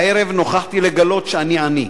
"הערב נוכחתי לגלות שאני עני.